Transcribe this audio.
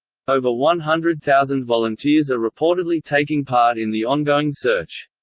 over one hundred thousand volunteers are reportedly taking part in the ongoing search.